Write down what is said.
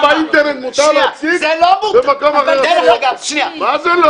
מה זה,